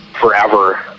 forever